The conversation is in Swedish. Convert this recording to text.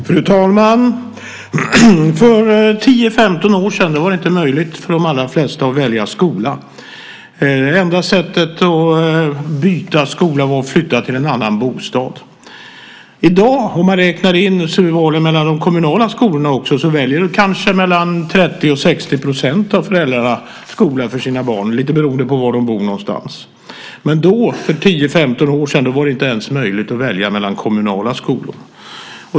Fru talman! För 10-15 år sedan var det inte möjligt för de allra flesta att välja skola. Enda sättet att byta skola var att flytta till en annan bostad. I dag, om man räknar in valen till de kommunala skolorna också, väljer kanske mellan 30 och 60 % av föräldrarna skola för sina barn, lite beroende på var de bor. Men då, för 10-15 år sedan, var det inte ens möjligt att välja mellan kommunala skolor.